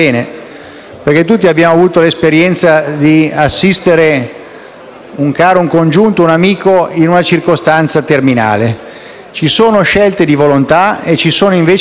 un caro, un congiunto o un amico in una circostanza terminale. Ci sono scelte di volontà, ma anche doveri che si devono rispettare riguardo